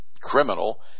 criminal